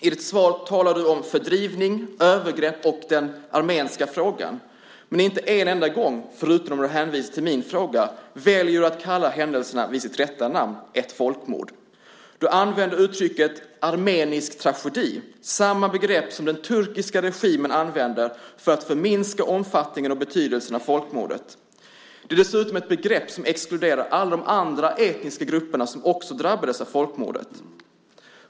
I ditt svar talar du om fördrivning, övergrepp och den armenska frågan, men inte en enda gång, förutom när du hänvisar till min fråga, väljer du att kalla händelserna vid sitt rätta namn, ett folkmord. Du använder uttrycket armenisk tragedi, samma begrepp som den turkiska regimen använder för att förminska omfattningen och betydelsen av folkmordet. Det är dessutom ett begrepp som exkluderar alla de andra etniska grupper som också drabbades av folkmordet.